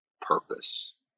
purpose